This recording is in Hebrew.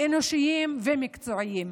אנושיים ומקצועיים.